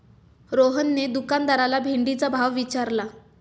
रोहनने दुकानदाराला भेंडीचा भाव विचारला